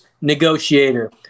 negotiator